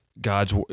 God's